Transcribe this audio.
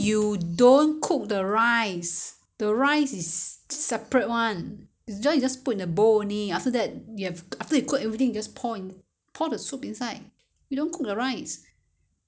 the rice you don't cook only the bean curd you only put inside and cook for awhile maybe five minute only you know it's already cook already [what] you fried already it's already cooked you just put inside to get the to absorb the sauce only